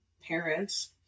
parents